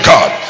God